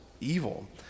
evil